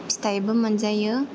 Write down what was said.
फिथायबो मोनजायो